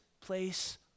place